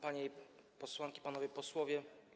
Panie Posłanki i Panowie Posłowie!